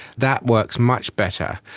that works much better.